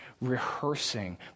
rehearsing